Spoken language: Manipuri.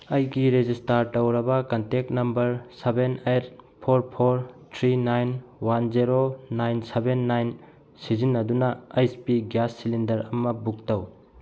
ꯑꯩꯒꯤ ꯔꯦꯖꯤꯁꯇꯥꯔ ꯇꯧꯔꯕ contact number seven eight four four three nine one zero nine seven nine ꯁꯤꯖꯤꯟꯅꯗꯨꯅ ꯑꯩꯆ ꯄꯤ ꯒ꯭ꯌꯥꯁ ꯁꯤꯂꯤꯟꯗꯔ ꯑꯃ ꯕꯨꯛ ꯇꯧ